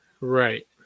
right